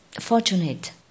fortunate